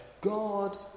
God